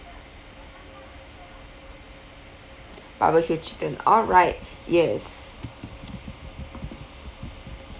barbecue chicken alright yes